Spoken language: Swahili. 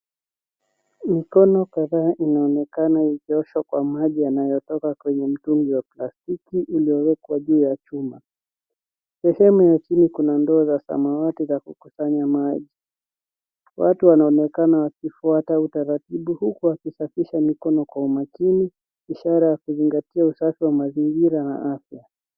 Mikono kadhaa inaonekana ikioshwa kwa maji na sabuni kwenye mzingo wa plastiki uliowekwa juu ya chuma. Sehemu ya chini kuna ndoo za samawati za kukusanya maji. Watu wanaonekana wakiwa mbele wakitazamia huku wakisafisha mikono kwa umakini, ishara ya kuzingatia usafi wa mazingira na afya.